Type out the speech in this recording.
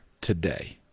today